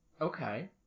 Okay